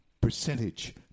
percentage